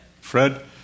Fred